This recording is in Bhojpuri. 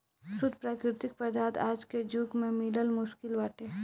शुद्ध प्राकृतिक पदार्थ आज के जुग में मिलल मुश्किल बाटे